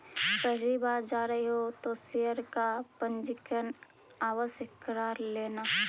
पहली बार जा रहे हो तो शेयर का पंजीकरण आवश्य करा लेना